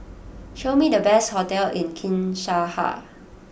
show me the best hotels in Kinshasa